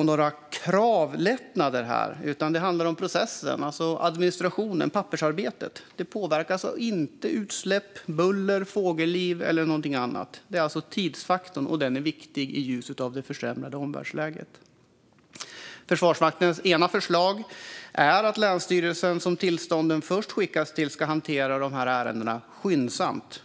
om några kravlättnader utan om processen, alltså administrationen och pappersarbetet. Det påverkar inte utsläpp, buller, fågelliv eller något annat. Det är tidsfaktorn det handlar om, och den är viktig i ljuset av det försämrade omvärldsläget. Försvarsmaktens ena förslag är att länsstyrelsen, som tillstånden först skickas till, ska hantera ärendena skyndsamt.